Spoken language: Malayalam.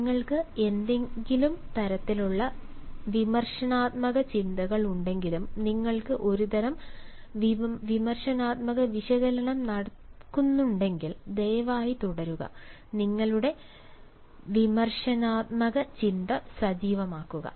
നിങ്ങൾക്ക് ഏതെങ്കിലും തരത്തിലുള്ള വിമർശനാത്മക ചിന്തകൾ ഉണ്ടെങ്കിലും നിങ്ങൾക്ക് ഒരുതരം വിമർശനാത്മക വിശകലനം നടക്കുന്നുണ്ടെങ്കിൽ ദയവായി തുടരുക നിങ്ങളുടെ വിമർശനാത്മക ചിന്ത സജീവമാക്കുക